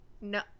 No